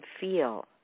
feel